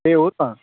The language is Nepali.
ए हो त